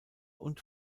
und